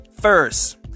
First